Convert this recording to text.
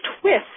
twist